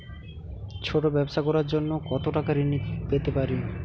ছোট ব্যাবসা করার জন্য কতো টাকা ঋন পেতে পারি?